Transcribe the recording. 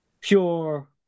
pure